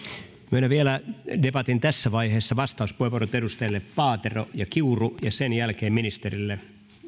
myönnän vielä debatin tässä vaiheessa vastauspuheenvuorot edustajille paatero ja kiuru ja sen jälkeen ministerille